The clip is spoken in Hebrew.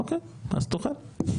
אוקי אז תוכל.